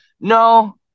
No